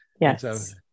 Yes